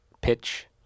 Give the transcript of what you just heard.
pitch